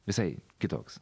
visai kitoks